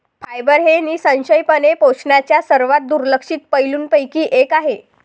fibre हे निःसंशयपणे पोषणाच्या सर्वात दुर्लक्षित पैलूंपैकी एक आहे